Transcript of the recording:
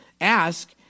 Ask